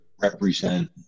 represent